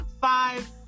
five